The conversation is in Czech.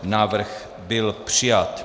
Návrh byl přijat.